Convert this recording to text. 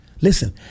Listen